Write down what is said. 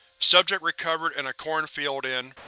subject recovered in a cornfield in,